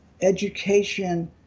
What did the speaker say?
education